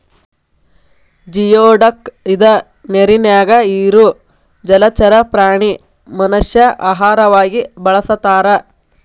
geoduck ಇದ ನೇರಿನ್ಯಾಗ ಇರು ಜಲಚರ ಪ್ರಾಣಿ ಮನಷ್ಯಾ ಆಹಾರವಾಗಿ ಬಳಸತಾರ